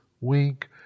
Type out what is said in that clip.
week